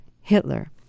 Hitler